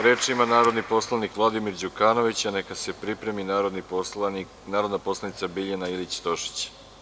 Reč ima narodni poslanik Vladimir Đukanović, a neka se pripremi narodna poslanica Biljana Ilić Tošić.